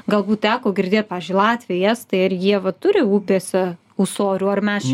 galbūt teko girdėt pavyzdžiui latviai estai ar jie va turi upėse ūsorių ar mes čia